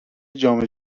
جام